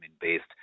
based